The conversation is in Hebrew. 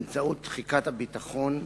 באמצעות תחיקת הביטחון,